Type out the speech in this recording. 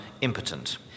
impotent